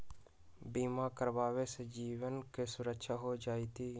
बीमा करावे से जीवन के सुरक्षित हो जतई?